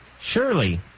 Surely